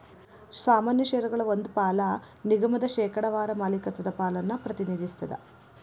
ಸಾಮಾನ್ಯ ಷೇರಗಳ ಒಂದ್ ಪಾಲ ನಿಗಮದ ಶೇಕಡಾವಾರ ಮಾಲೇಕತ್ವದ ಪಾಲನ್ನ ಪ್ರತಿನಿಧಿಸ್ತದ